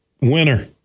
Winner